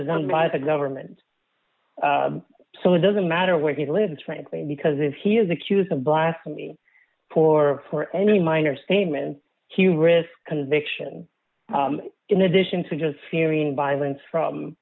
was done by the government so it doesn't matter where he lives frankly because if he is accused of blasphemy for a for any minor stayman he risks conviction in addition to just fearing violence from